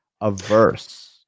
averse